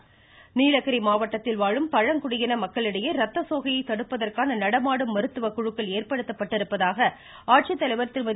ருருருருரு நீலகிரி நீலகிரி மாவட்டத்தில் வாழும் பழங்குடியின மக்களிடையே ரத்த சோகையை தடுப்பதற்கான நடமாடும் மருத்துவக்குழுக்கள் ஏற்படுத்தப்பட்டிருப்பதாக ஆட்சித்தலைவர் திருமதி